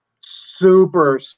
Super